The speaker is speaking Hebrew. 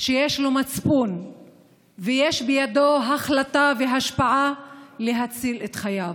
שיש לו מצפון ויש בידו החלטה והשפעה להציל את חייו.